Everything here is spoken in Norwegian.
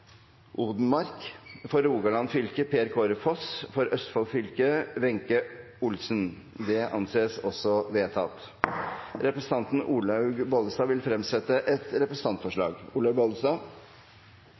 For Rogaland fylke: Per Kåre Foss For Østfold fylke: Wenche Olsen – Det anses vedtatt. Representanten Olaug V. Bollestad vil fremsette et